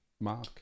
Mark